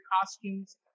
costumes